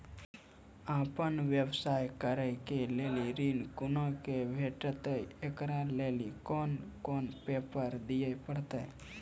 आपन व्यवसाय करै के लेल ऋण कुना के भेंटते एकरा लेल कौन कौन पेपर दिए परतै?